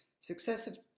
Successive